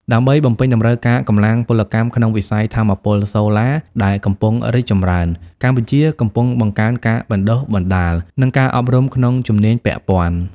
ដើម្បីបំពេញតម្រូវការកម្លាំងពលកម្មក្នុងវិស័យថាមពលសូឡាដែលកំពុងរីកចម្រើន កម្ពុជាកំពុងបង្កើនការបណ្តុះបណ្តាល និងការអប់រំក្នុងជំនាញពាក់ព័ន្ធ។